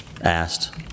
asked